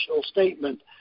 statement